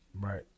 Right